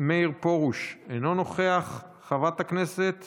מאיר פרוש, אינו נוכח, חברת הכנסת